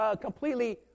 completely